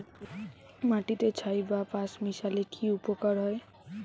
মাটিতে ছাই বা পাঁশ মিশালে কি উপকার হয়?